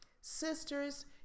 Sisters